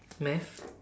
math